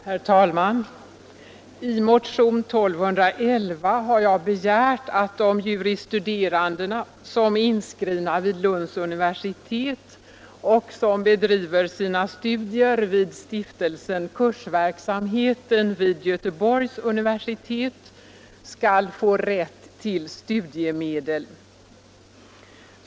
Herr talman! I motionen 1211 har jag begärt att de juris studerande som är inskrivna vid Lunds universitet och som bedriver sina studier vid Stiftelsen Kursverksamheten vid Göteborgs universitet skall få rätt till studiemedel.